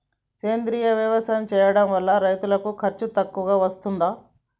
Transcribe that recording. సేంద్రీయ వ్యవసాయం చేయడం వల్ల రైతులకు ఖర్చు తక్కువగా వస్తదా?